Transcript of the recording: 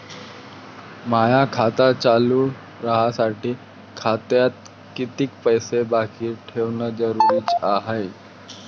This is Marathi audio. माय खातं चालू राहासाठी खात्यात कितीक पैसे बाकी ठेवणं जरुरीच हाय?